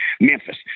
Memphis